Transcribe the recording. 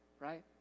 right